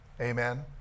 Amen